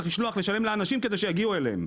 צריך לשלוח לשלם לאנשים כדי שיגיעו אליהם.